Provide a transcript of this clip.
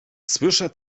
słyszę